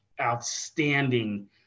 outstanding